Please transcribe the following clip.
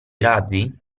razzi